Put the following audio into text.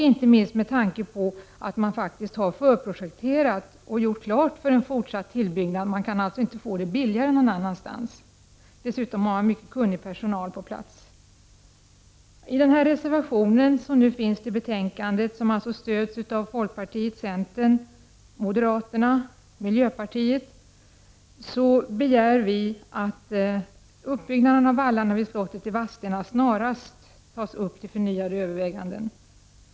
Staten har dessutom redan förprojekterat och gjort klart för en fortsatt tillbyggnad. Man kan således inte få det billigare någon annanstans. Vid landsarkivet finns dessutom kunnig personal på plats. I den reservation som finns till betänkandet, som stöds av folkpartiet, centern, moderaterna och miljöpartiet, begär vi att frågan om återuppbyggnaden av vallarna vid slottet i Vadstena snarast skall tas upp till förnyade överväganden.